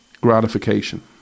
gratification